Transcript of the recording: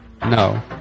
No